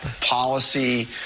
policy